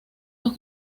los